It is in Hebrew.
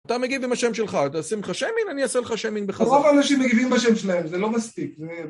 אתה מגיב עם השם שלך, עושים לך שיימינג, אני אעשה לך שיימינג בחזרה. רוב האנשים מגיבים בשם שלהם, זה לא מספיק.